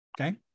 Okay